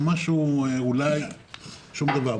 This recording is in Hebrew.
אבל שום דבר,